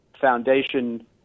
Foundation